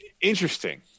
Interesting